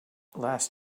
last